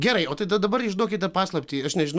gerai o tai da dabar išduokite paslaptį aš nežinau